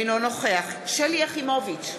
אינו נוכח שלי יחימוביץ,